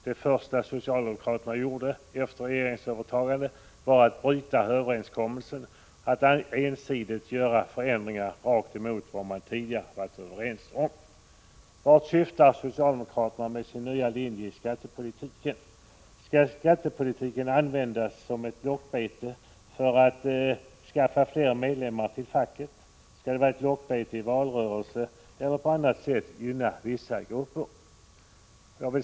Det första socialdemokraterna gjorde efter regeringsövertagandet var att bryta överenskommelsen och ensidigt göra förändringar rakt emot vad man tidigare varit överens om. Vart syftar socialdemokraterna med sin nya linje i skattepolitiken? Skall skattepolitiken användas som ett lockbete för att skaffa fler medlemmar till facket, som ett lockbete i valrörelsen eller för att på annat sätt gynna vissa grupper?